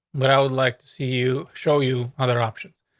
but i would like to see you show you other options.